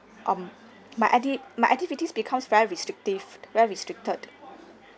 um my acti~ my activities becomes very restrictive very restricted